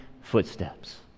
footsteps